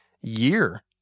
year